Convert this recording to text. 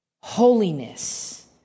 holiness